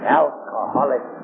alcoholic